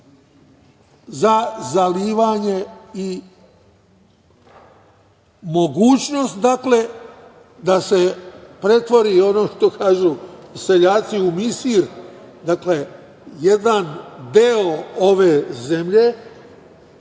za zalivanje i mogućnost da se pretvori, ono što kažu seljaci – u misir, dakle jedan deo ove zemlje